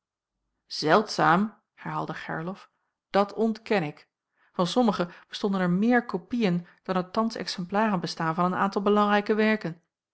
zeldzaam herhaalde gerlof dat ontken ik van sommige bestonden er meer kopieën dan er thans exemplaren bestaan van een aantal belangrijke werken